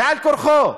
בעל כורחו,